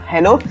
Hello